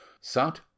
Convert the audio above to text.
sat